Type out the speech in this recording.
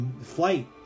flight